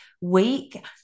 week